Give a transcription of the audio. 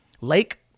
Lake